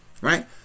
right